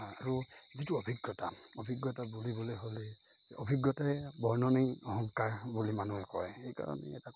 আৰু যিটো অভিজ্ঞতা অভিজ্ঞতা বুলিবলৈ হ'লে অভিজ্ঞতাৰে বৰ্ণনীয় অহংকাৰ বুলি মানুহে কয় সেইকাৰণে এটা কথা ক'ম